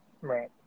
Right